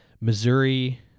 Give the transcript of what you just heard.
Missouri